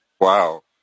Wow